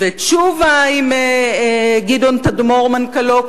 ותשובה עם גדעון תדמור מנכ"לו,